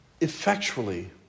effectually